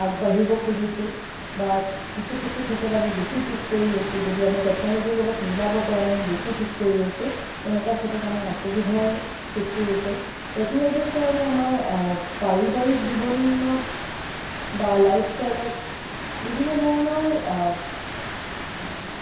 আগবাঢ়িব খুজিছোঁ বা কিছু কিছু ক্ষেত্ৰত আমি বেছি পিচ পৰি ৰৈছোঁ যদি আমি টেকন'ল'জীৰ লগত মিলাব পৰা নাই আমি বেছি পিছ পৰি ৰৈছোঁ তেনেকুৱা ক্ষেত্ৰত আমাৰ অসুবিধাৰ সৃষ্টি হৈছে টেকন'ল'জীৰ কাৰণে আমাৰ পাৰিবাৰিক জীৱনত বা লাইফ ষ্টাইলত বিভিন্ন ধৰণৰ